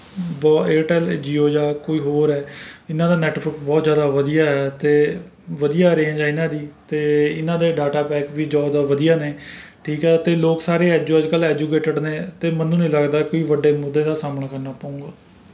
ਬਹ ਏਅਰਟੈੱਲ ਜੀਓ ਜਾਂ ਕੋਈ ਹੋਰ ਹੈ ਇਹਨਾਂ ਦਾ ਨੈੱਟਫੁੱਟ ਬਹੁਤ ਜ਼ਿਆਦਾ ਵਧੀਆ ਹੈ ਅਤੇ ਵਧੀਆ ਰੇਂਜ ਹੈ ਇਹਨਾਂ ਦੀ ਅਤੇ ਇਹਨਾਂ ਦੇ ਡਾਟਾ ਪੈਕ ਵੀ ਜ਼ਿਆਦਾ ਵਧੀਆ ਨੇ ਠੀਕ ਹੈ ਅਤੇ ਲੋਕ ਸਾਰੇ ਹੈ ਜੋ ਅੱਜ ਕੱਲ੍ਹ ਐਜੂਕੇਟਿਡ ਨੇ ਅਤੇ ਮੈਨੂੰ ਨਹੀਂ ਲੱਗਦਾ ਕਿ ਵੱਡੇ ਮੁੱਦੇ ਦਾ ਸਾਹਮਣਾ ਕਰਨਾ ਪਊਂਗਾ